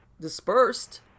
dispersed